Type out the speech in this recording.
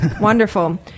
Wonderful